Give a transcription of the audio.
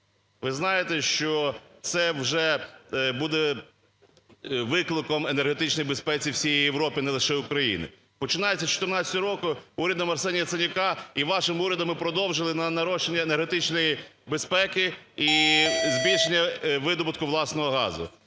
Ви знаєте, що це вже буде викликом енергетичній безпеці всієї Європи, не лише України. Починаючи з 14 року, урядом Арсенія Яценюка і вашим урядом ми продовжили нарощування енергетичної безпеки і збільшення видобутку власного газу.